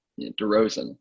DeRozan